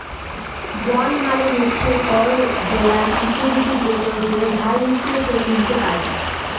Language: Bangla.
বন্ড মালে হচ্যে কল দেলার সিকুইরিটি যেটা যে ধার লিচ্ছে সে ত্যুলতে পারে